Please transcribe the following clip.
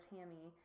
Tammy